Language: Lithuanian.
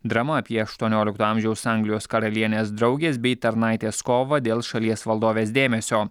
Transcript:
drama apie aštuoniolikto amžiaus anglijos karalienės draugės bei tarnaitės kovą dėl šalies valdovės dėmesio